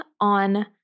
on